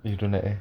you don't like eh